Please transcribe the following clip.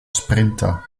sprinter